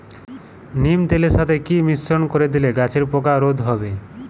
নিম তেলের সাথে কি মিশ্রণ করে দিলে গাছের পোকা রোধ হবে?